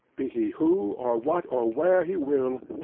be he who, or what, or where he will,